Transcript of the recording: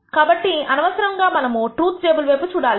కాబట్టి అనవసరంగా మనము ట్రూత్ టేబుల్ వైపు చూడాలి